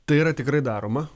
tai yra tikrai daroma